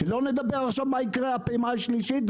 שלא לדבר עכשיו מה יקרה בפעימה השלישית,